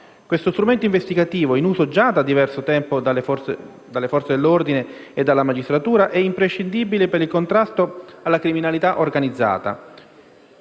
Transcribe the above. Questo strumento investigativo, in uso già da diverso tempo dalle Forze dell'ordine e dalla magistratura, è imprescindibile per il contrasto alla criminalità organizzata